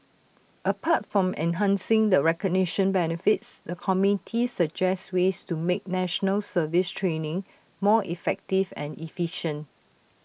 apart from enhancing the recognition benefits the committee suggested ways to make National Service training more effective and efficient